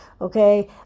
Okay